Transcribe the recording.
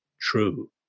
true